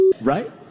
right